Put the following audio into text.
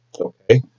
Okay